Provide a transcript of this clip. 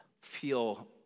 feel